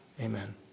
Amen